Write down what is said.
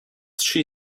she